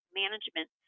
management